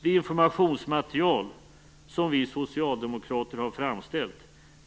Det informationsmaterial som vi socialdemokrater har framställt